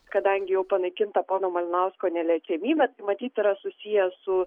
kadangi jau panaikinta pono malinausko neliečiamybė matyt yra susiję su